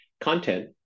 content